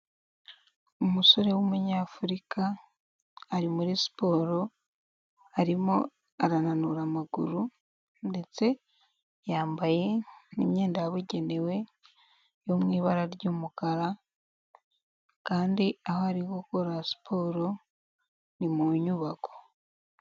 Umusore w'umunyafurika ari muri siporo, arimo arananura amaguru ndetse yambaye imyenda yabugenewe yo mu ibara ry'umukara kandi aho ari gukorera siporo ni mu nyubako.